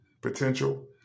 potential